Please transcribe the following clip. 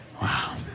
Wow